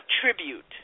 tribute